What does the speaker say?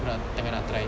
aku nak tengah nak try